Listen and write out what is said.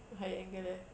higher angle eh